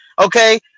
okay